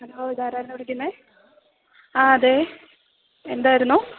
hello ഇതാരായിരുന്നു വിളിക്കുന്നത് ആ അതെ എന്തായിരുന്നു